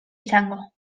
izango